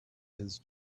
his